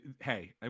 hey